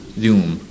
doom